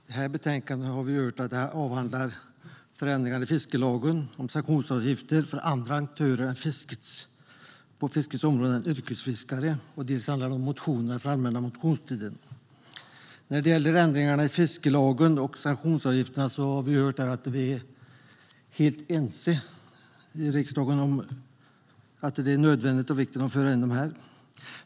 Herr talman! Detta betänkande avhandlar dels ändringar i fiskelagen om sanktionsavgifter för andra aktörer på fiskets områden än yrkesfiskare, dels motioner från allmänna motionstiden. När det gäller ändringarna i fiskelagen och sanktionsavgifterna har vi här hört att vi är helt ense i riksdagen om nödvändigheten och vikten av att införa dessa.